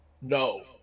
no